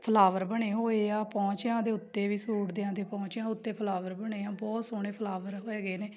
flower ਬਣੇ ਹੋਏ ਆ ਪੌਂਚਿਆਂ ਦੇ ਉੱਤੇ ਵੀ ਸੂਟ ਦਿਆਂ ਦੇ ਪੌਂਚਿਆਂ ਦੇ ਉੱਤੇ ਫਲਾਵਰ ਬਣੇ ਆ ਬਹੁਤ ਸੋਹਣੇ ਫਲਾਵਰ ਹੈਗੇ ਨੇ